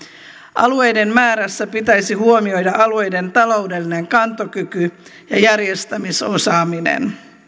alueiden määrässä pitäisi huomioida alueiden taloudellinen kantokyky ja järjestämisosaaminen